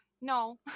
no